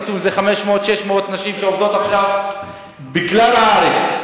500 600 נשים שעובדות עכשיו בכלל הארץ.